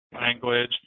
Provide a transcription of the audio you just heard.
language